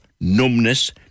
numbness